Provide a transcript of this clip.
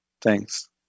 Thanks